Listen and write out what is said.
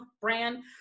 brand